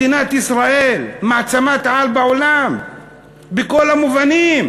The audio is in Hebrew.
מדינת ישראל מעצמת-על בעולם בכל המובנים,